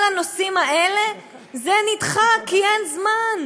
כל הנושאים האלה נדחקים, כי אין זמן.